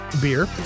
beer